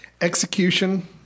Execution